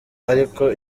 ariko